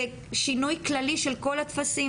ושינוי כללי של כל הטפסים